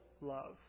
love